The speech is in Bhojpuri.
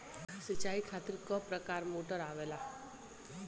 सिचाई खातीर क प्रकार मोटर आवेला?